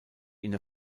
inner